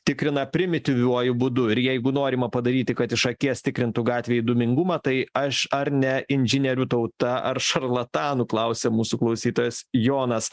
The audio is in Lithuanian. tikrina primityviuoju būdu ir jeigu norima padaryti kad iš akies tikrintų gatvėj dūmingumą tai aš ar ne inžinierių tauta ar šarlatanų klausia mūsų klausytojas jonas